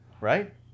Right